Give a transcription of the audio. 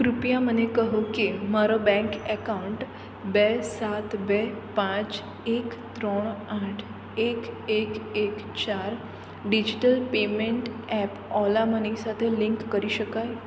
કૃપયા મને કહો કે મારો બેંક એકાઉન્ટ બે સાત બે પાંચ એક ત્રણ આઠ એક એક એક ચાર digital payment app Ola money સાથે લિંક કરી શકાય